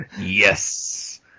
Yes